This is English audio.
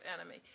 enemy